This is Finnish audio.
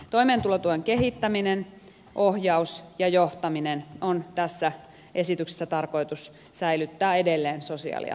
toimeentulotuen kehittäminen ohjaus ja johtaminen on tässä esityksessä tarkoitus säilyttää edelleen sosiaali ja terveysministeriöllä